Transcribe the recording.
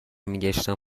میگشتم